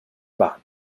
بعد